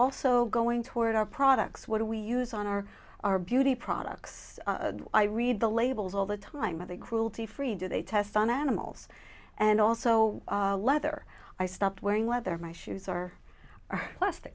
also going toward our products what do we use on our beauty products i read the labels all the time of the cruelty free do they test on animals and also leather i stopped wearing leather my shoes are